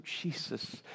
Jesus